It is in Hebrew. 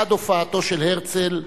עד הופעתו של הרצל,